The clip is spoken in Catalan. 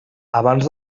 abans